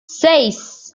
seis